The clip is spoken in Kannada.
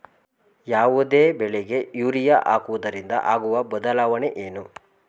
ಯಾವುದೇ ಬೆಳೆಗೆ ಯೂರಿಯಾ ಹಾಕುವುದರಿಂದ ಆಗುವ ಬದಲಾವಣೆ ಏನು?